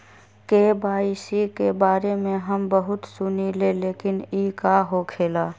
KYC के बारे में हम बहुत सुनीले लेकिन इ का होखेला?